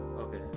Okay